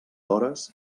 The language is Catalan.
hores